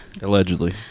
allegedly